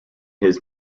his